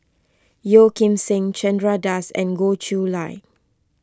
Yeo Kim Seng Chandra Das and Goh Chiew Lye